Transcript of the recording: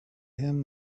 him